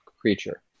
creature